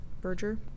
Berger